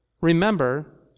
remember